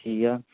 ਠੀਕ ਆ